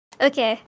Okay